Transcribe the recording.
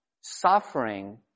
suffering